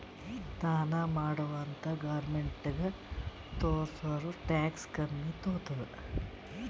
ದಾನಾ ಮಾಡಿವ್ ಅಂತ್ ಗೌರ್ಮೆಂಟ್ಗ ತೋರ್ಸುರ್ ಟ್ಯಾಕ್ಸ್ ಕಮ್ಮಿ ತೊತ್ತುದ್